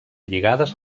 lligades